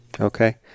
Okay